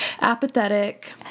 apathetic